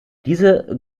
diese